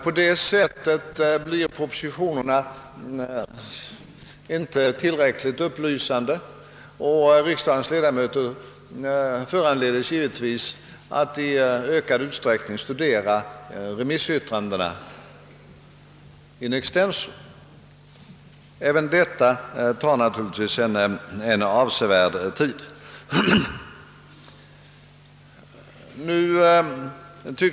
På det sättet blir propositionerna dock inte tillräckligt upplysande, och riksdagens ledamöter blir därför tvungna att i ökad utsträckning studera remissyttrandena in extenso. Även detta tar naturligtvis avsevärd tid.